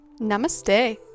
namaste